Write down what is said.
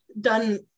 done